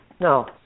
No